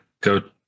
go